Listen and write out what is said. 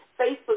Facebook